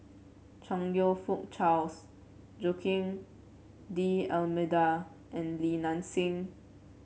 Chong You Fook Charles Joaquim D'Almeida and Li Nanxing